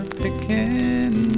picking